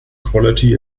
quality